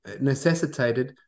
necessitated